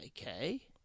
Okay